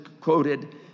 quoted